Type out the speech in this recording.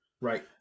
Right